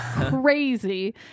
crazy